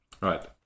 Right